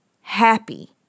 happy